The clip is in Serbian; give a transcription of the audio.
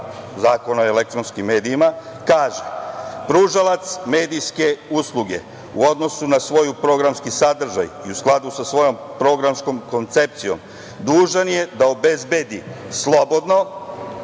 Zakona o elektronskim medijima kaže – pružalac medijske usluge, u odnosu na svoj programski sadržaj i u skladu sa svojom programskom koncepcijom, dužan je da obezbedi slobodno,